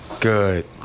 good